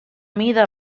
mida